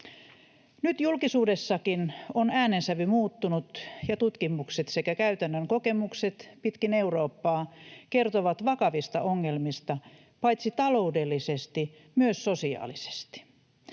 Nyt julkisuudessakin on äänensävy muuttunut, ja tutkimukset sekä käytännön kokemukset pitkin Eurooppaa kertovat vakavista ongelmista paitsi taloudellisesti myös sosiaalisesti.